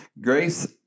grace